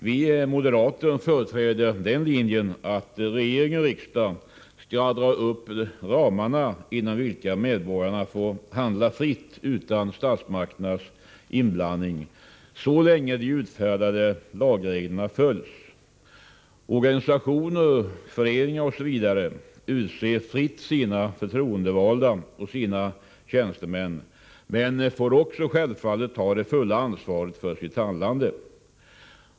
Vi moderater företräder den linjen, att regering och riksdag skall dra upp de ramar inom vilka medborgarna får handla fritt utan statsmakternas inblandning så länge de utfärdade lagreglerna följs. Organisationer, föreningar osv. utser fritt sina förtroendevalda och sina tjänstemän, men får också självfallet ta det fulla ansvaret för sitt handlande.